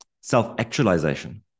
Self-actualization